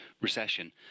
recession